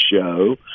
show